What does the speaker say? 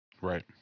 Right